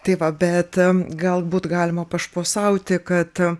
tai va bet galbūt galima pašposauti kad